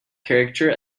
character